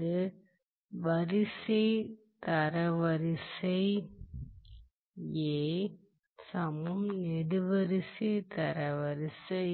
அது வரிசை தரவரிசை நெடுவரிசை தரவரிசை